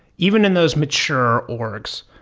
even in those mature orgs.